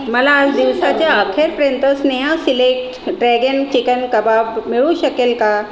मला आज दिवसाच्या अखेरप्रंत स्नेहा सिलेक्ट ड्रॅगन चिकन कबाब मिळू शकेल का